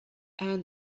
and